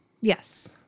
Yes